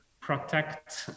protect